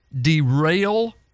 derail